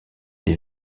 des